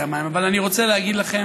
אני לא רוצה לעכב,